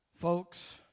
Folks